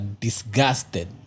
disgusted